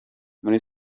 muri